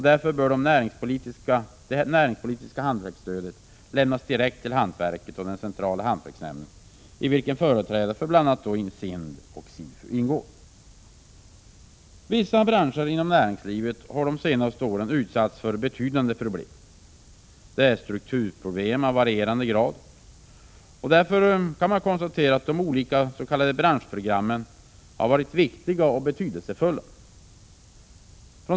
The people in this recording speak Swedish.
Därför bör det näringspolitiska hantverksstödet lämnas direkt till hantverket och den centrala hantverksnämnden, i vilken företrädare för bl.a. SIND och SIFU ingår. Vissa branscher inom näringslivet har de senaste åren utsatts för betydande problem —- främst strukturproblem av olika slag. De olika s.k. branschprogrammen har därför varit viktiga och betydelsefulla.